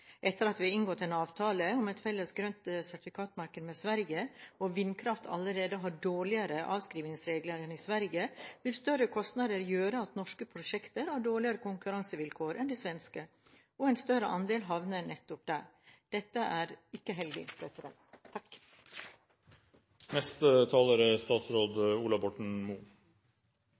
Etter at vi har inngått avtale om et felles grønt sertifikatmarked med Sverige, og vindkraft allerede har dårligere avskrivningsregler enn i Sverige, vil større kostnader gjøre at norske prosjekter har dårligere konkurransevilkår enn de svenske, og en større andel havner nettopp der. Dette er ikke heldig.